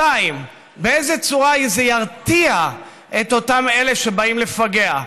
2. באיזו צורה זה ירתיע את אותם אלה שבאים לפגע,